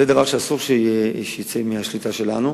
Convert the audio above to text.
זה דבר שאסור שיצא מהשליטה שלנו,